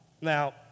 Now